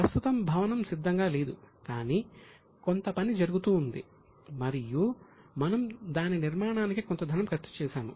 ప్రస్తుతం భవనం సిద్ధంగా లేదు కానీ కొంత పని జరుగుతూ ఉంది మరియు మనం దాని నిర్మాణానికి కొంత ధనం ఖర్చు చేశాము